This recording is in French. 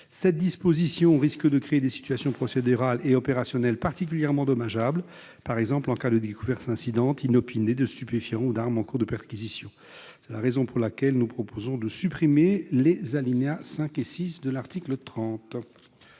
Cette disposition risque de créer des situations procédurales et opérationnelles particulièrement dommageables, par exemple en cas de découverte incidente ou inopinée de stupéfiants ou d'armes au cours d'une perquisition. C'est la raison pour laquelle nous proposons de supprimer les alinéas 5 et 6 de l'article 30.